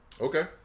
Okay